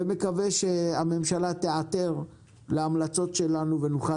ומקווה שהממשלה תיעתר להמלצות שלנו ונוכל